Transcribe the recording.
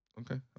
Okay